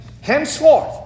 Henceforth